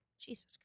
Jesus